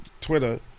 Twitter